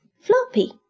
Floppy